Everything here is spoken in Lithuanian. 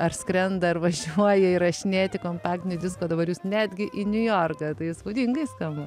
ar skrenda ar važiuoja įrašinėti kompaktinių diskų o dabar jūs netgi į niujorką tai įspūdingai skamba